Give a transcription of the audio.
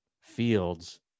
fields